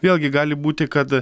vėlgi gali būti kad